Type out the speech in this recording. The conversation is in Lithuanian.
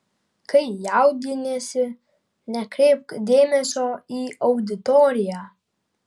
kai jaudiniesi nekreipk dėmesio į auditoriją